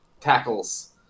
tackles